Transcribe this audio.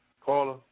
Caller